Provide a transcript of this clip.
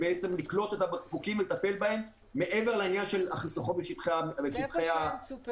לקלוט את הבקבוקים ולטפל בהם מעבר לעניין החיסכון בשטחי הטיפול.